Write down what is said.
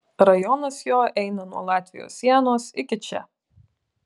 rajonas jo eina nuo latvijos sienos iki čia